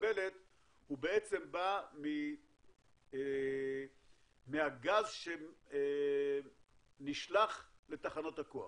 מקבלת הוא בעצם בא מהגז שנשלח לתחנות הכוח.